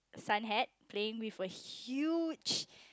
sun hat playing with a huge